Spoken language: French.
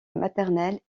maternelle